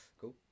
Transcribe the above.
Cool